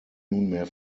nunmehr